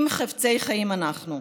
אם חפצי חיים אנחנו.